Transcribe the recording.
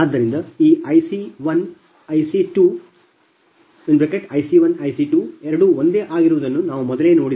ಆದ್ದರಿಂದ ಈ IC 1 IC 2 ಎರಡೂ ಒಂದೇ ಆಗಿರುವುದನ್ನು ನಾವು ಮೊದಲೇ ನೋಡಿದ್ದೇವೆ